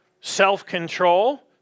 self-control